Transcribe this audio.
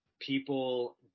People